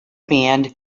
band